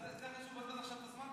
על זה חשוב לבזבז עכשיו את הזמן?